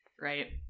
right